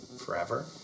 forever